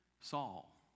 Saul